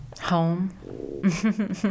Home